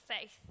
faith